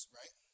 right